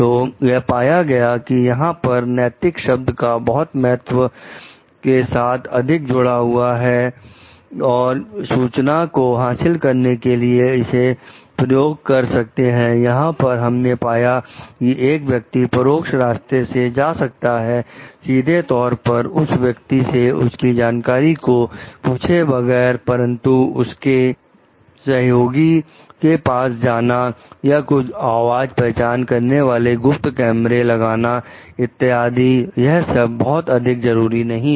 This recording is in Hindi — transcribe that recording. तो यह पाया गया कि यहां पर नैतिक शब्द का बहुत महत्व बादशाहों के साथ अधिक जुड़ा है और सूचना को हासिल करने के लिए इसे लोग प्रयोग कर सकते हैं यहां पर हमने पाया कि एक व्यक्ति परोक्ष रास्ते से जा सकता है सीधे तौर पर उस व्यक्ति से उसकी जानकारी को पूछे बगैर परंतु उसके सहयोगी के पास जाना या कुछ आवाज पहचान करने वाले गुप्त कैमरे लगाना इत्यादि यह सब बहुत अधिक जरूरी नहीं है